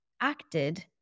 acted